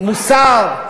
מוסר,